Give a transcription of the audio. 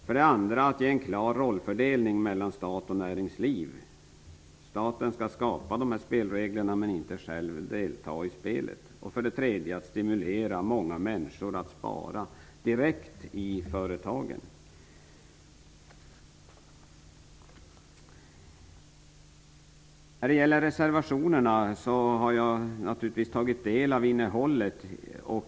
För det andra vill man ge en klar rollfördelning mellan stat och näringsliv. Staten skall skapa spelreglerna men inte själv delta i spelet. För det tredje vill man stimulera många människor att spara direkt i företagen. Jag har naturligtvis tagit del av innehållet i reservationerna.